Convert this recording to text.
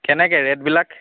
কেনেকৈ ৰে'টবিলাক